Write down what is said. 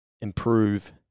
improve